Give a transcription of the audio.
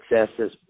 successes